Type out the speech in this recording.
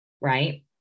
right